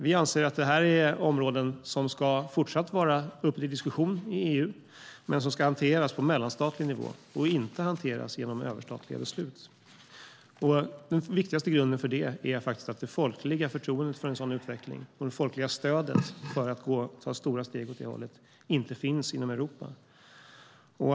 Vi anser att detta är områden som fortsatt ska vara uppe till diskussion i EU men som ska hanteras på mellanstatlig nivå. De ska inte hanteras genom överstatliga beslut. Den viktigaste grunden för det är att det folkliga förtroendet för en sådan utveckling och det folkliga stödet för att ta stora steg åt det hållet inte finns inom Europa.